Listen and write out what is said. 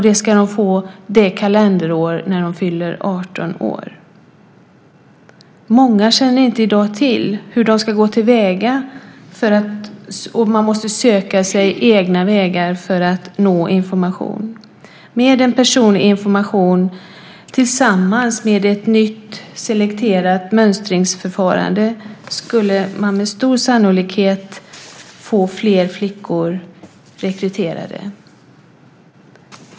Det ska de få det kalenderår de fyller 18 år. Många känner inte till hur de ska göra för att söka egna vägar att nå information. Med en personlig information tillsammans med ett nytt selekterat mönstringsförfarande skulle man med stor sannolikhet få fler flickor rekryterade.